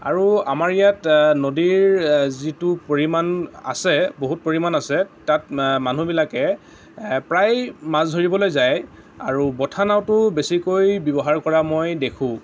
আৰু আমাৰ ইয়াত নদীৰ যিটো পৰিমাণ আছে বহুত পৰিমাণ আছে তাত মানুহবিলাকে প্ৰায় মাছ ধৰিবলৈ যায় আৰু বঠা নাওটো বেছিকৈ ব্য়ৱহাৰ কৰা মই দেখোঁ